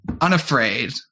unafraid